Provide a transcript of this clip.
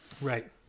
Right